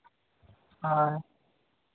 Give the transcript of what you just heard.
ᱦᱳᱭ